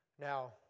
Now